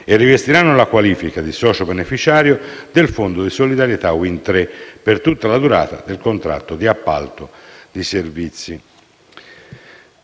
e rivestiranno la qualifica di socio beneficiario del fondo di solidarietà Wind Tre per tutta la durata del contratto di appalto di servizi.